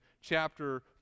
chapter